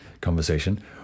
conversation